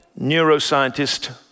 neuroscientist